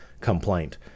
complaint